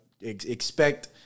expect